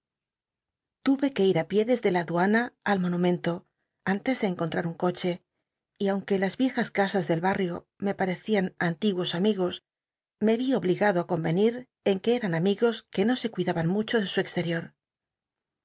c que it ti pié desde la aduana al onumen to antes de encontrar un coche y aunque las viejas casas del basrio me parecían antiguos amigos me obligado i coswenis en que cmn amigo uc no se cuidaban mucho de su exterior